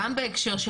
גם בהקשר של